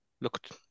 looked